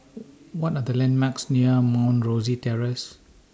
What Are The landmarks near Mount Rosie Terrace